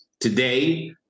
today